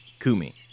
Kumi